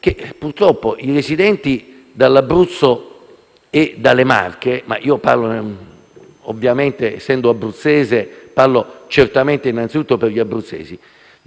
e nelle Marche - ovviamente, essendo abruzzese, parlo innanzitutto per gli abruzzesi - non hanno possibilità alternative di recarsi a Roma.